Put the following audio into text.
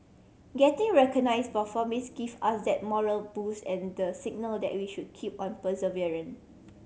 getting recognise by Forbes give us that morale boost and the signal that we should keep on